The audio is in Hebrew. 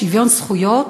שוויון זכויות?